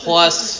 Plus